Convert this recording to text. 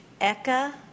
Eka